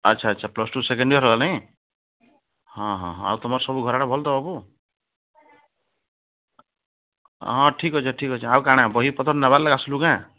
ଆଛା ଆଛା plus two second year ହେଲା ନାହି ହଁ ହଁ ଆଉ କ'ଣ ସବୁ ଘରଆଡ଼େ ଭଲ ତ ସବୁ ହଁ ଠିକ୍ ଅଛି ଠି ଅଛି ଆଉ କାଣା ବହିପତ୍ର ନେବାର ଲାଗି ଆସିଲୁ କାଁ